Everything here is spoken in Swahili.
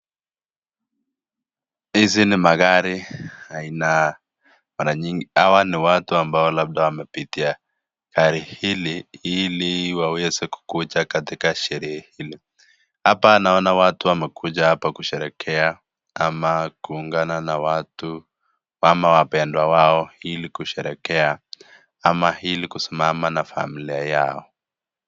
Hizi ni magari aina, hawa ni watu ambao labda wamepitia gari hili ili waweze kukuja katika sherehe hili. Hapa naona watu wamekuja hapa kusherehekea ama kuungana na watu ama wapendwa wao ili kusherehekea ama ili kusimama na familia yao.